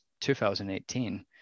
2018